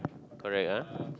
correct ah